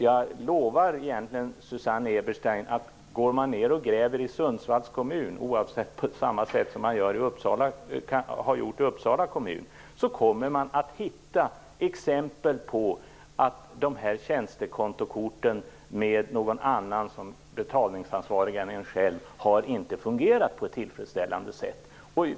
Jag lovar, Susanne Eberstein, att gräver man i Sundsvalls kommun på samma sätt som man har gjort i Uppsala kommun kommer man att hitta exempel på att de här tjänstekontokorten, som någon annan än man själv är betalningsansvarig för, inte har fungerat på ett tillfredsställande sätt.